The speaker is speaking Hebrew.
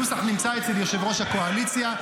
הנוסח נמצא אצל יושב-ראש הקואליציה,